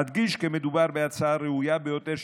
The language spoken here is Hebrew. אדגיש כי מדובר בהצעה ראויה ביותר,